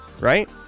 right